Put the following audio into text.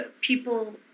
people